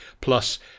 plus